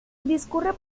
discurre